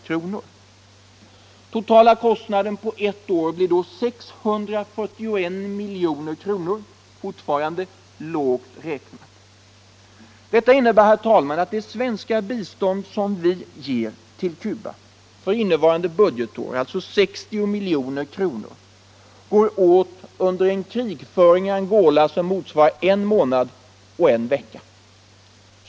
Totala kostnaden för ett år blir då 641 milj.kr., fortfarande lågt räknat. Det innebär, herr talman, att det svenska bistånd som vi ger till Cuba för innevarande budgetår, 60 milj.kr., går åt under krigföring i Angola under en månad och en vecka.